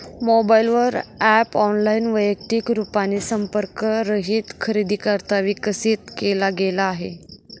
mobile वर app online, वैयक्तिक रूपाने संपर्क रहित खरेदीकरिता विकसित केला गेला आहे